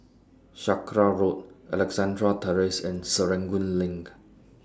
Sakra Road Alexandra Terrace and Serangoon LINK